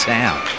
town